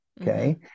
Okay